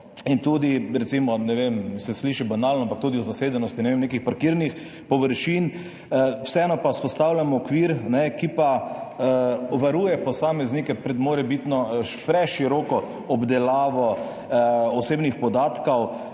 in tudi recimo, ne vem, sliši se banalno, ampak [preprečujejo] tudi zasedenost nekih parkirnih površin. Vseeno pa vzpostavljamo okvir, ki varuje posameznike pred morebitno preširoko obdelavo osebnih podatkov